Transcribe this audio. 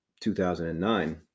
2009